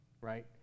right